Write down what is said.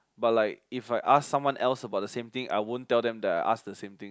but like if I ask someone else about the same thing I won't tell them that I ask the same thing